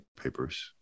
papers